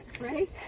Right